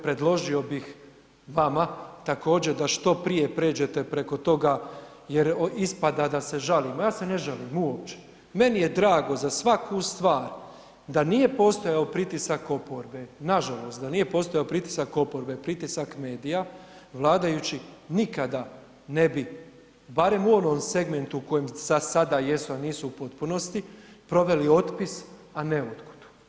Predložio bih vama također da što prije pređete preko toga jer ispada da se žalimo, ja se ne žalim uopće, meni je drago za svaku stvar, da nije postojao pritisak oporbe, nažalost da nije postojao pritisak oporbe, pritisak medija vladajući nikada ne bi barem u onom segmentu u kojem za sada jesu, a nisu u potpunosti, proveli otpis a ne odgodu.